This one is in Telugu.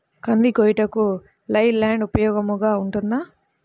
కంది కోయుటకు లై ల్యాండ్ ఉపయోగముగా ఉంటుందా?